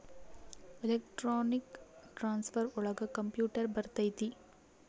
electronic transfer ಒಳಗ computer ಬರತೈತಿ